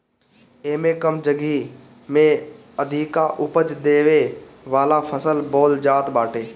एमे कम जगही में अधिका उपज देवे वाला फसल बोअल जात बाटे